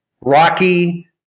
rocky